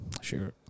Sure